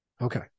okay